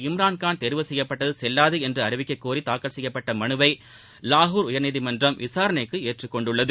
இம்ரான்கான் தேர்வு செய்யப்பட்டது செல்லாது என்று அறிவிக்கக்கோரி தாக்கல் செய்யப்பட்ட மனுவை லாகூர் உயர்நீதிமன்றம் விசாரணைக்கு ஏற்றுக்கொண்டுள்ளது